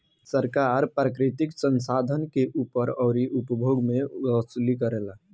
सरकार प्राकृतिक संसाधन के ऊपर अउरी उपभोग मे वसूली करेला